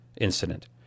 incident